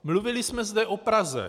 Mluvili jsme zde o Praze.